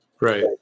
Right